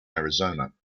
arizona